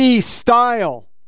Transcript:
style